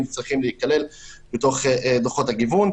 צריכים להיכלל בתוך דוחות הגיוון.